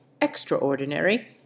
extraordinary